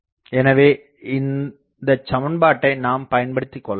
எனவே இந்தச் சமன்பாட்டை நாம் பயன்படுத்திக் கொள்ளலாம்